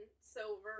silver